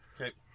Okay